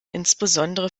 insbesondere